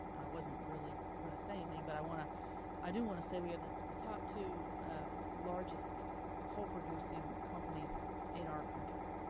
wasn't really going to say anything, but i want to do want to say we have the the top two largest coal producing companies in our country.